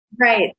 Right